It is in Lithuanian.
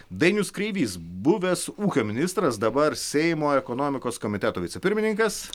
dainius kreivys buvęs ūkio ministras dabar seimo ekonomikos komiteto vicepirmininkas